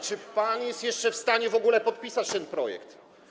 Czy pan jest jeszcze w stanie w ogóle podpisać ten projekt?